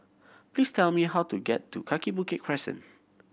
please tell me how to get to Kaki Bukit Crescent